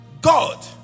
God